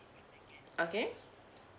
okay